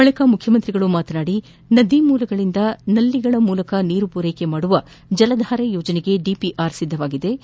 ಬಳಕ ಮುಖ್ಯಮಂತ್ರಿಗಳು ಮಾತನಾಡಿ ನದಿಮೂಲಗಳಿಂದ ನಲ್ಲಿ ಮೂಲಕ ನೀರು ಪೂರೈಸುವ ಜಲಧಾರೆ ಯೋಜನೆಗೆ ಡಿಪಿಆರ್ ಸಿದ್ದಗೊಂಡಿದ್ದು